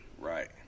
Right